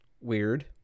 Weird